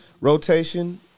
rotation